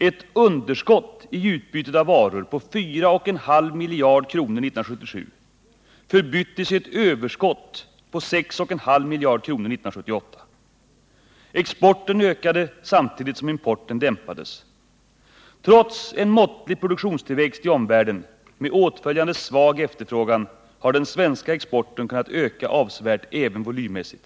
Ett underskott i utbytet av varor på 4,5 miljarder kronor 1977 förbyttes i ett överskott på 6,5 miljarder kronor 1978. Exporten ökade samtidigt som importen dämpades. Trots en måttlig produktionstillväxt i omvärlden med åtföljande svag efterfrågan har den svenska exporten kunnat öka avsevärt även volymmässigt.